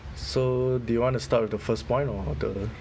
so do you want to start with the first point or the